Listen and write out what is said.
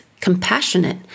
compassionate